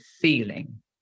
feeling